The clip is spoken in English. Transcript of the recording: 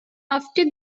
after